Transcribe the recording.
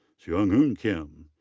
soung hoon kim.